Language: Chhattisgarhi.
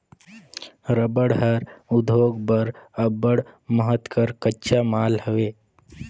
रबड़ हर उद्योग बर अब्बड़ महत कर कच्चा माल हवे